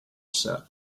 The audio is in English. set